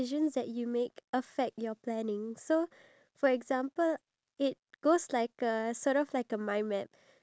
because if you don't have anything to look forward to then you will just give up because you know you'll probably be like what's the point